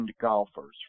golfers